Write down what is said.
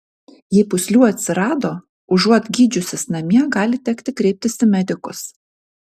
jei pūslių atsirado užuot gydžiusis namie gali tekti kreiptis į medikus